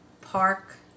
park